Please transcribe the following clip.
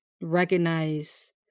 recognize